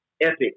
epic